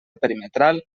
perimetral